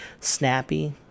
snappy